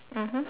mmhmm